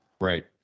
Right